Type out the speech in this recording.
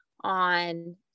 on